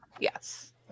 Yes